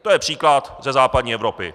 To je příklad ze západní Evropy.